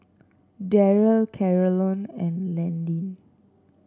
Darryl Carolann and Landyn